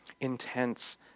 Intense